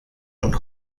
und